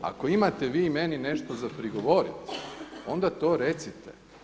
Ako imate vi meni nešto za prigovoriti onda to recite.